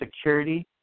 security